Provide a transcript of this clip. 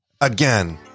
again